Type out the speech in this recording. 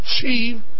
achieve